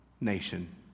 nation